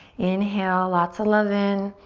inhale lots of love in.